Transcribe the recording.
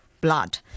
blood